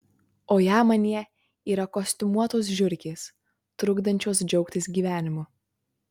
o jam anie yra kostiumuotos žiurkės trukdančios džiaugtis gyvenimu